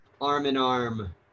arm-in-arm